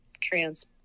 trans